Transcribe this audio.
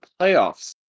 playoffs